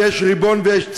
ויש ריבון ויש צה"ל,